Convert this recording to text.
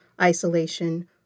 isolation